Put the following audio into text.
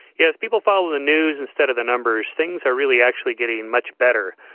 yes, people follow the news instead of the numbers. things are really actually getting much better.